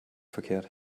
verkehrt